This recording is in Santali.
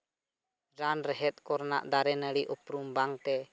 ᱨᱟᱱ ᱨᱮᱦᱮᱫ ᱠᱚᱨᱮᱱᱟᱜ ᱫᱟᱨᱮ ᱱᱟᱹᱲᱤ ᱩᱯᱨᱩᱢ ᱵᱟᱝᱛᱮ